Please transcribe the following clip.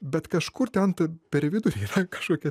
bet kažkur ten per vidurį kažkokia